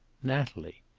natalie.